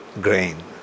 grain